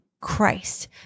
Christ